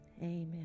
Amen